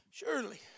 Surely